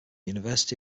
university